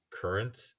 current